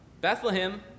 Bethlehem